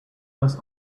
was